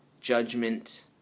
judgment